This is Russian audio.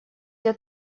для